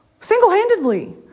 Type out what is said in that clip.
single-handedly